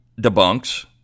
debunks